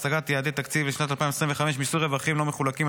להשגת יעדי התקציב לשנת 2025) (מיסוי רווחים לא מחולקים),